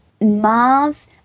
mars